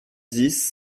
dix